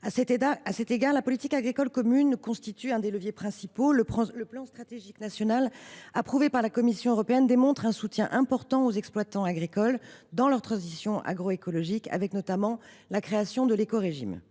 À cet égard, la politique agricole commune (PAC) constitue un des leviers principaux. Le plan stratégique national, approuvé par la Commission européenne, montre un soutien important aux exploitants agricoles dans leur transition agroécologique, avec notamment la création de l’écorégime.